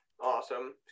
awesome